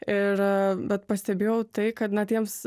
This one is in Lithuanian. ir bet pastebėjau tai kad na tiems